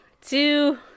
two